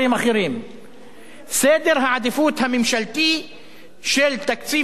סדר העדיפויות הממשלתי של תקציב המדינה הוא סדר לקוי.